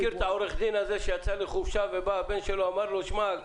אתה מכיר את העורך-הדין שיצא לחופשה ובא הבן שלו ואמר לו: שמע,